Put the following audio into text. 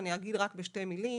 אני רק אגיד בשתי מילים.